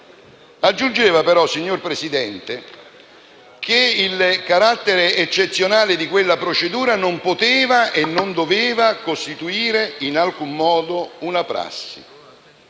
Aggiungeva però, signor Presidente, che il carattere eccezionale di quella procedura non poteva e non doveva costituire in alcun modo una prassi: